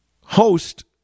host